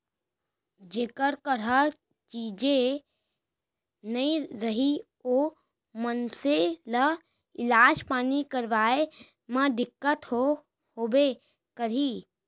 जेकर करा चीजे नइ रही ओ मनसे ल इलाज पानी करवाय म दिक्कत तो होबे करही